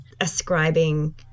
ascribing